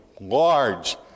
large